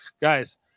Guys